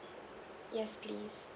yes please